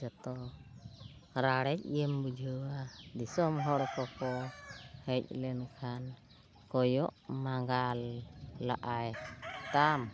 ᱡᱚᱛᱚ ᱨᱟᱲᱮᱡ ᱜᱮᱢ ᱵᱩᱡᱷᱟᱹᱣᱟ ᱫᱤᱥᱚᱢ ᱦᱚᱲ ᱠᱚᱠᱚ ᱦᱮᱡ ᱞᱮᱱᱠᱷᱟᱱ ᱠᱚᱭᱚᱜ ᱢᱟᱸᱜᱟᱞ ᱞᱟᱜᱼᱟᱭ ᱛᱟᱢ